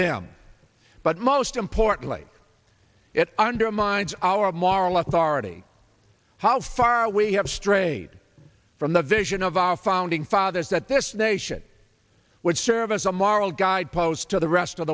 them but most importantly it undermines our moral authority how far we have strayed from the vision of our founding fathers that this nation would serve as a moral guide post to the rest of